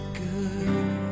good